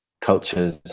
cultures